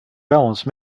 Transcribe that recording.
balance